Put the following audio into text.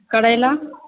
करैला